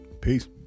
Peace